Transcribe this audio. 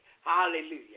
Hallelujah